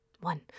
one